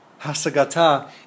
hasagata